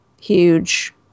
huge